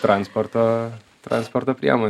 transporto transporto priemon